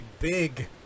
big